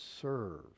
serve